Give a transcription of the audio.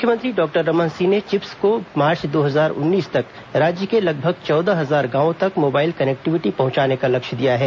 मुख्यमंत्री डॉक्टर रमन सिंह ने चिप्स को मार्च दो हजार उन्नीस तक राज्य के लगभग चौदह हजार गांवों तक मोबाइल कनेक्टिविटी पहंचाने का लक्ष्य दिया है